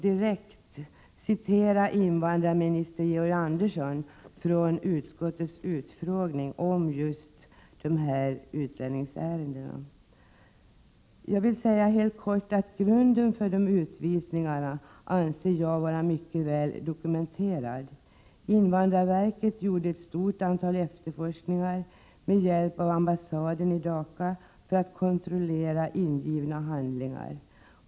Invandrarminister Georg Andersson sade vid utskottets utfrågning om utlänningsärenden: ”Här vill jag kort säga att grunden för de utvisningarna anser jag vara mycket väl dokumenterad. Invandrarverket gjorde ett stort antal efterforskningar med hjälp av ambassaden i Dhaka för att kontrollera ingivna handlingar.